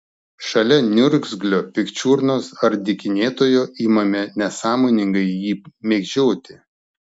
šalia niurgzlio pikčiurnos ar dykinėtojo imame nesąmoningai jį mėgdžioti